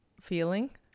feeling